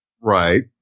Right